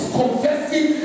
confessing